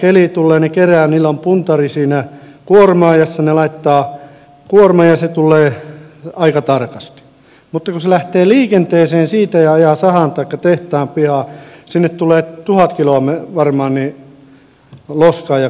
kun loskakeli tulee niillä on puntari siinä kuormaajassa ne laittavat kuorman ja se tulee aika tarkasti ja kun se lähtee liikenteeseen siitä ja ajaa sahan taikka tehtaan pihaan sinne tulee tuhat kiloa varmaan loskaa ja kaikkea